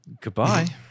goodbye